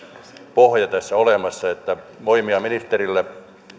pohja tässä olemassa että voimia ministerille